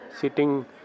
sitting